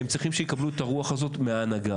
הם צריכים שיקבלו את הרוח הזאת מההנהגה.